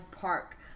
Park